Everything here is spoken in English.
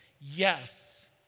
Yes